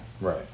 Right